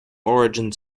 origins